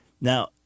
Now